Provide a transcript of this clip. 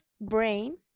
brain